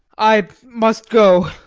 i must go.